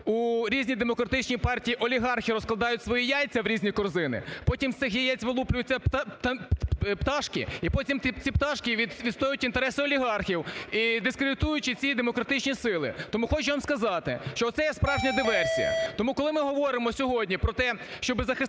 у різні демократичні партії олігархи розкладають свої яйця в різні корзини, потім з цих яєць вилуплюються пташки і потім ці пташки відстоюють інтереси олігархів, дискредитуючи ці демократичні сили. Тому хочу вам сказати, що оце є справжня диверсія. Тому, коли ми говоримо сьогодні про те, щоб захистити